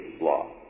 law